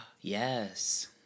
Yes